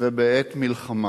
ובעת מלחמה.